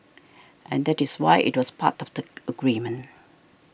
and that is why it was part of the agreement